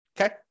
okay